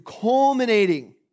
culminating